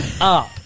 up